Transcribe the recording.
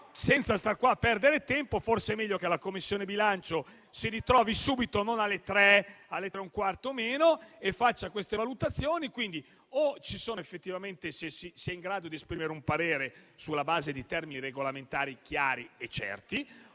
Senza però perdere tempo, forse è meglio che la Commissione bilancio si ritrovi subito e non alle 15 o alle 15 meno un quarto, e faccia queste valutazioni. Quindi o ci sono effettivamente le condizioni e si è in grado di esprimere un parere sulla base di termini regolamentari chiari e certi